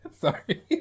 Sorry